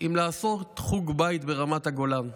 אם לעשות חוג בית ברמת הגולן.